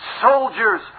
soldiers